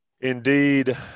Indeed